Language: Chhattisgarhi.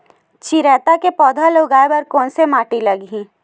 चिरैता के पौधा को उगाए बर कोन से माटी लगही?